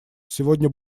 сегодня